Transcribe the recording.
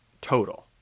Total